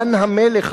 בגן-המלך,